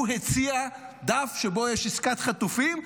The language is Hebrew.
הוא הציע דף שבו יש עסקת חטופים,